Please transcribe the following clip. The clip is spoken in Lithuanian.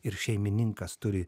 ir šeimininkas turi